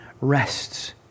rests